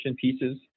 pieces